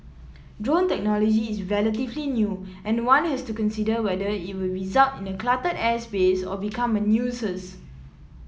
drone technology is relatively new and one has to consider whether it will result in cluttered airspace or become a nuisance